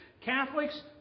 Catholics